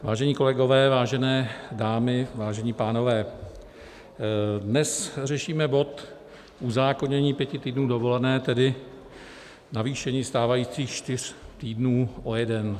Vážení kolegové, vážené dámy, vážení pánové, dnes řešíme bod uzákonění pěti týdnů dovolené, tedy navýšení stávajících čtyř týdnů o jeden.